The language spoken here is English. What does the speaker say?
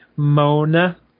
Mona